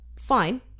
fine